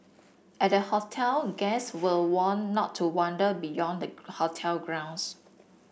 at the hotel guests were warned not to wander beyond the hotel grounds